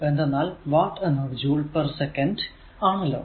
എന്തെന്നാൽ വാട്ട് എന്നത് joule per second ആണല്ലോ